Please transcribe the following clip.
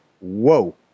Whoa